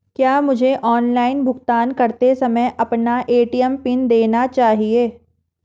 क्या मुझे ऑनलाइन भुगतान करते समय अपना ए.टी.एम पिन देना चाहिए?